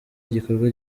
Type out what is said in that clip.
igikorwa